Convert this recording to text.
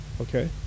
okay